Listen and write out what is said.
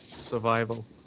Survival